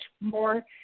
more